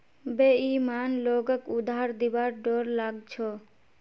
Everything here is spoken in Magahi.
बेईमान लोगक उधार दिबार डोर लाग छ